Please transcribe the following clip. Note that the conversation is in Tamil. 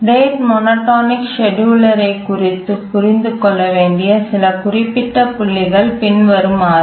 ரேட் மோனா டானிக் செட்டியூலரைப் குறித்து புரிந்து கொள்ள வேண்டிய சில குறிப்பிட்ட புள்ளிகள் பின்வருமாறு